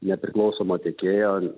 nepriklausomo tiekėjo